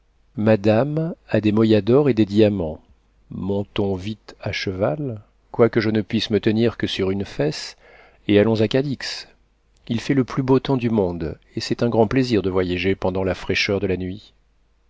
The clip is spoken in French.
madame a des moyadors et des diamants montons vite à cheval quoique je ne puisse me tenir que sur une fesse et allons à cadix il fait le plus beau temps du monde et c'est un grand plaisir de voyager pendant la fraîcheur de la nuit